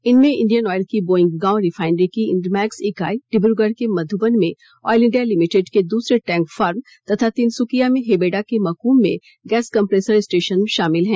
इनमें Indian oil की Bongaigaon refinery की इंडमैक्स इकाई डिब्रूगढ़ के मध्बन में आयल इंडिया लिमिटेड के दूसरे टैंक फार्म तथा तिनसुकिया में हेबेडा के मकूम में गैस कम्प्रेसर स्टेशन शामिल हैं